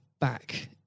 back